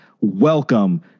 welcome